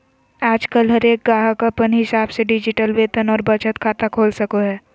आजकल हरेक गाहक अपन हिसाब से डिजिटल वेतन और बचत खाता खोल सको हय